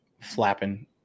flapping